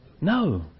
No